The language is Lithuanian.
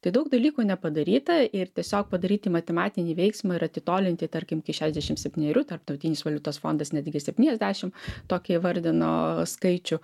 tai daug dalykų nepadaryta ir tiesiog padaryti matematinį veiksmą ir atitolinti tarkim iki šešiasdešimt septynerių tarptautinis valiutos fondas netgi septyniasdešim tokį įvardino skaičių